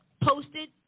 posted